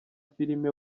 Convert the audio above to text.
filime